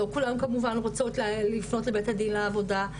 לא כולן כמובן רוצות לפנות בית הדיון לעבודה,